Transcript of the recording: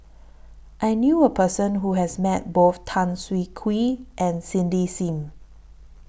I knew A Person Who has Met Both Tan Siah Kwee and Cindy SIM